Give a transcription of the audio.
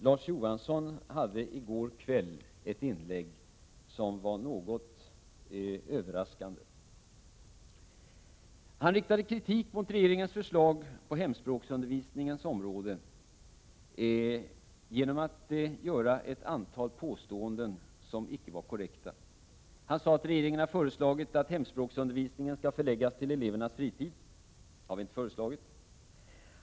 Larz Johansson hade i går kväll ett inlägg som var något överraskande. Han riktade kritik mot regeringens förslag på hemspråksundervisningens område genom att göra ett antal påståenden som icke var korrekta. Han sade att regeringen har föreslagit att hemspråksundervisningen skall förläggas till elevernas fritid. Det har vi inte föreslagit.